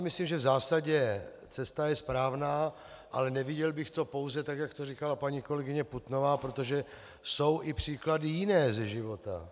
Myslím si, že v zásadě cesta je správná, ale neviděl bych to pouze tak, jak to říkala paní kolegyně Putnová, protože jsou i příklady jiné ze života.